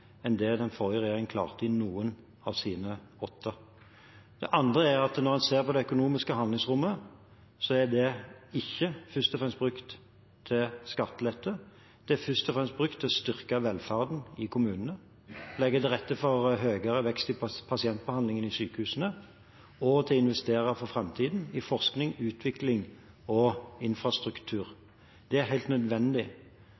enn det den forrige regjeringen klarte i noen av sine åtte. Det andre er at når en ser på det økonomiske handlingsrommet, er det ikke først og fremst brukt til skattelette. Det er først og fremst brukt til å styrke velferden i kommunene, legge til rette for høyere vekst i pasientbehandlingen i sykehusene og til å investere for framtiden i forskning, utvikling og